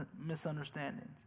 misunderstandings